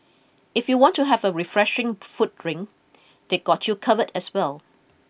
if you want to have a refreshing foot drink they got you covered as well